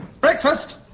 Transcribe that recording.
Breakfast